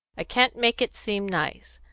i can't make it seem nice.